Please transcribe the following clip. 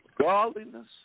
godliness